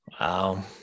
Wow